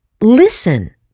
Listen